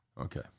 Okay